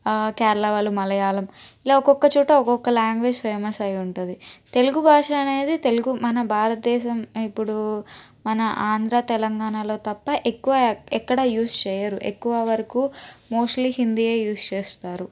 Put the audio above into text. కేరళ వాళ్ళు మలయాళం ఇలాగ ఒక్కొక్క చోట ఒక్కొక్క లాంగ్వేజ్ ఫేమస్ అయ్యి ఉంటుంది తెలుగు భాష అనేది తెలుగు మన భారతదేశం ఇప్పుడు మన ఆంధ్ర తెలంగాణలో తప్ప ఎక్కువ ఎక్కడ యూస్ చేయరు ఎక్కువ వరకు మోస్ట్లీ ఎక్కువ హిందీయే యూస్ చేస్తారు